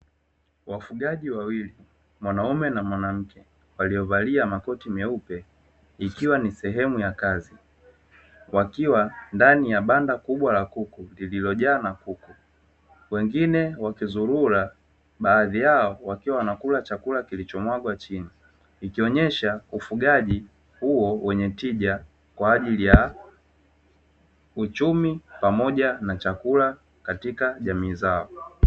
Wafugaji wawili (mwanaume na mwanamke) waliyovalia makoti meupe ikiwa ni sehemu ya kazi, wakiwa ndani ya banda kubwa la kuku lililojaa na kuku wengine wakuzurura baadhi yao wakiwa wanakula chakula kilichomwagwa chini ikionyesha ufugaji huo wenye tija kwa ajili ya uchumi pamoja na chakula katika jamii zao.